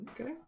Okay